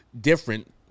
different